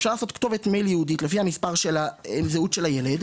אפשר לעשות כתובת מייל ייעודית לפי מספר הזהות של הילד.